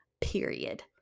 period